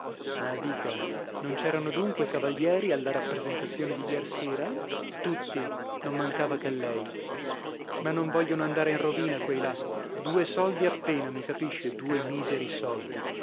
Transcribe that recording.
ma dica non c'erano dunque cavalieri alla rappresentazione di iersera tutti non mancava che lei ma non vogliono andare in rovina quei là due soldi appena mi capisce due miseri soldi